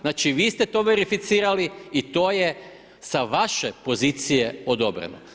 Znači vi ste to verificirali i to je sa vaše pozicije odobreno.